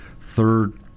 third